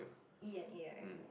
E and A right